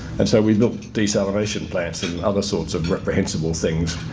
and so we built deceleration plants and other sorts of reprehensible things.